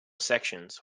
sections